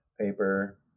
paper